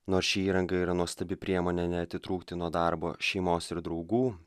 no ši įranga yra nuostabi priemonė neatitrūkti nuo darbo šeimos ir draugų